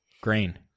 grain